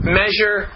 measure